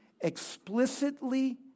explicitly